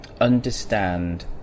understand